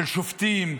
של שופטים,